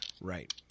Right